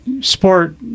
sport